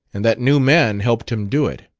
and that new man helped him do it.